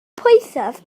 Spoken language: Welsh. poethaf